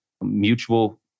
mutual